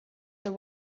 the